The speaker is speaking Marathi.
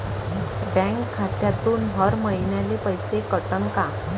बँक खात्यातून हर महिन्याले पैसे कटन का?